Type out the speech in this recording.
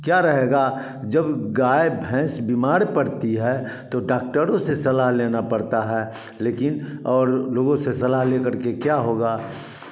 क्या रहेगा जब गाय भैंस बीमार पड़ती है तो डॉक्टरों से सलाह लेना पड़ता है लेकिन और लोगों से सलाह लेकर के क्या होगा